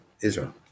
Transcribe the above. Israel